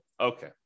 Okay